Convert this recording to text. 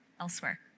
elsewhere